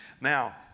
Now